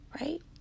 right